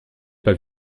pas